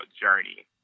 journey